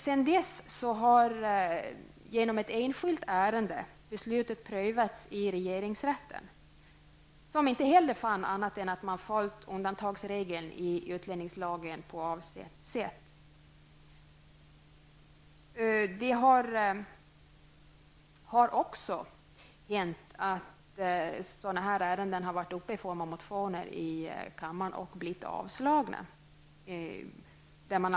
Sedan dess har genom ett enskilt ärende beslutet prövats i regeringsrätten, som inte heller fann annat än att man hade följt undantagsregeln i utlänningslagen på avsett sätt. Dessa ärenden har också tagits upp i motioner, som har blivit avslagna i kammaren.